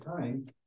time